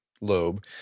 lobe